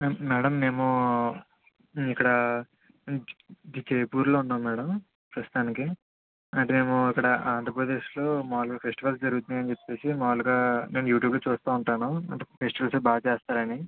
madam మేము మేము ఇక్కడ జైపూర్లో ఉన్నాం మేడం ప్రస్తుతానికి అంటే మేము ఇక్కడ ఆంధ్రప్రదేశ్లో మాములుగా ఫెస్టివల్స్ జరుగుతున్నాయి అని చెప్పేసి మాములుగా నేను యూట్యూబ్లో చూస్తూ ఉంటాను అంటే ఫెస్టివల్స్ అవీ బాగా చేస్తారు అని